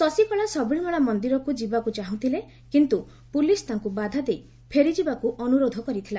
ଶଶୀକଳା ସବରିମାଳା ମନ୍ଦିରକୁ ଯିବାକୁ ଚାହୁଁଥିଲେ କିନ୍ତୁ ପୁଲିସ ତାଙ୍କୁ ବାଧାଦେଇ ଫେରିଯିବାକୁ ଅନୁରୋଧ କରିଥିଲା